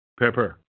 Pepper